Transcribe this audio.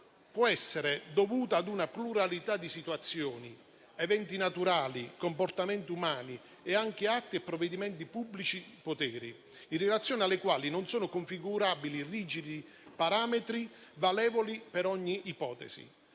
può essere dovuta ad una pluralità di situazioni (eventi naturali, comportamenti umani e anche atti e provvedimenti di pubblici poteri), in relazione alle quali non sono configurabili rigidi parametri valevoli per ogni ipotesi,